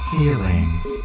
Feelings